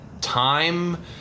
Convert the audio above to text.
time